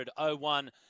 one